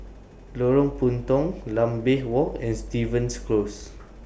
Lorong Puntong Lambeth Walk and Stevens Close